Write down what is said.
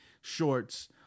shorts